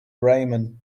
ramen